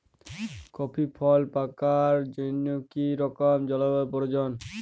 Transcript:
Coffee ফল পাকার জন্য কী রকম জলবায়ু প্রয়োজন?